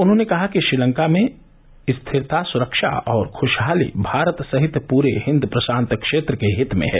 उन्होंने कहा कि श्रीलंका में स्थिरता सुरक्षा और खुशहाली भारत सहित पूरे हिंद प्रशांत क्षेत्र के हित में है